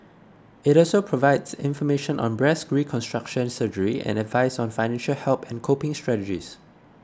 it also provides information on breast reconstruction surgery and advice on financial help and coping strategies